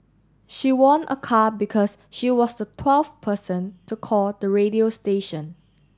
she won a car because she was the twelfth person to call the radio station